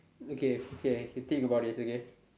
okay okay you think about this okay